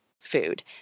food